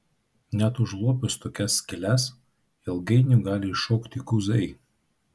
net užlopius tokias skyles ilgainiui gali iššokti guzai